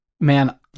Man